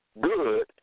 good